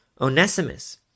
Onesimus